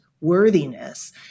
worthiness